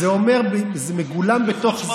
אז מגולם בתוך זה,